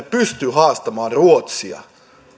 pysty haastamaan ruotsia